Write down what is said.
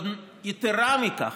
יתרה מזו,